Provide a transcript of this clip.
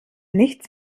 nichts